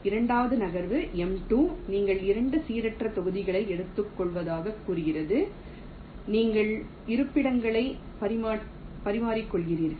இரண்டாவது நகர்வு M2 நீங்கள் இரண்டு சீரற்ற தொகுதிகளை எடுத்துக்கொள்வதாகக் கூறுகிறது நீங்கள் இருப்பிடங்களை பரிமாறிக்கொள்கிறீர்கள்